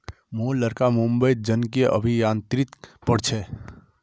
मोर लड़का मुंबईत जनुकीय अभियांत्रिकी पढ़ छ